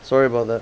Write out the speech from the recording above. sorry about that